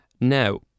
Now